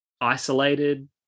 isolated